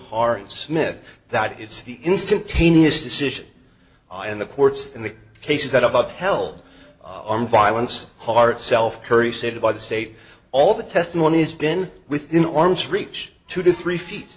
hari's smith that it's the instantaneous decision and the courts in the cases that i've held on violence heart self curry said by the state all the testimony has been within arm's reach two to three feet